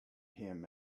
him